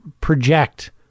project